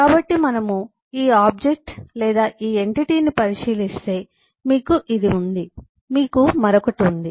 కాబట్టి మనము ఈ ఆబ్జెక్ట్ లేదా ఈ ఎంటిటీని పరిశీలిస్తే మీకు ఇది ఉంది మీకు మరొకటి ఉంది